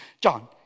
John